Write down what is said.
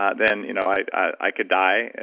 ah then you know i i could die.